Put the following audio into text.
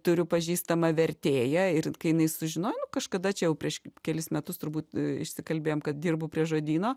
turiu pažįstamą vertėją ir kai jinai sužinojo nu kažkada čia jau prieš kelis metus turbūt išsikalbėjom kad dirbu prie žodyno